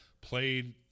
played